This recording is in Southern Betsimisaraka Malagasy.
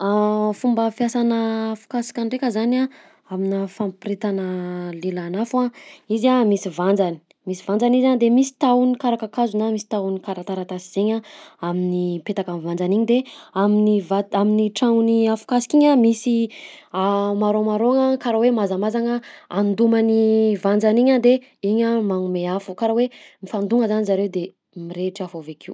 Fomba fiasanà afokasoka ndraika zany a aminà fampirehetana lelan'afo a: izy a misy vanjany, misy vanjany izy a de misy tahony karaha kakazo na misy tahony karaha taratasy zaigny a amin'ny mipetaka am'vanjany igny de amin'ny vat- amin'ny tragnon'i afokasoka igny a misy marron marron-gna karaha hoe mazamazagna andoman'ny vanjany igny a de igny a magnome afo karaha hoe mifandogna zany zareo de mirehitara afo avy akeo.